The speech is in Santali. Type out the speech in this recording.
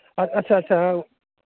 ᱟᱪᱪᱷᱟ ᱟᱪᱪᱷᱟ